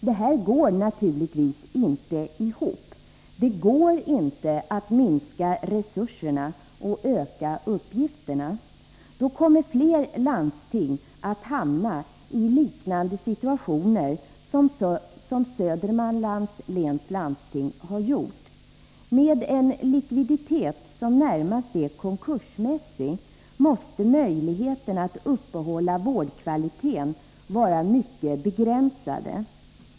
Det här går naturligtvis inte ihop. Det går inte att minska resurserna och öka uppgifterna. Då kommer fler landsting att hamna i liknande situation som Södermanlands läns landsting har gjort. Landstinget har en sådan likviditet att det närmast är konkursmässigt, och då måste möjligheterna att uppehålla vårdkvaliteten vara mycket begränsade.